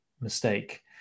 mistake